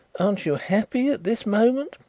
aren't you happy at this moment?